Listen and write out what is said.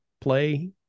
play